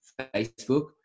Facebook